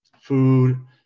food